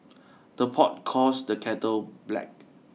the pot calls the kettle black